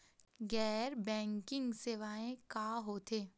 गैर बैंकिंग सेवाएं का होथे?